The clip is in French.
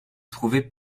trouver